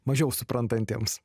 mažiau suprantantiems